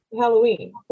Halloween